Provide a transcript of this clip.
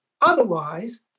Otherwise